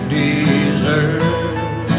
deserve